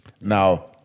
Now